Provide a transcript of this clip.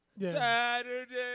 Saturday